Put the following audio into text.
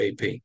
AP